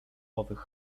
owych